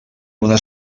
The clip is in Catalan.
una